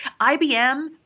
IBM